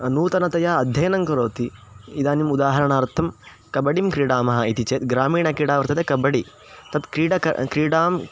नूतनतया अध्ययनं करोति इदानीम् उदाहरणार्थं कबडिं क्रीडामः इति चेत् ग्रामीणक्रीडा वर्तते कबडि तत् क्रीडकं क्रीडां